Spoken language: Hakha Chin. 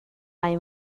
lai